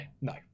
no